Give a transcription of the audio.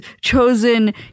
chosen